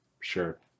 sure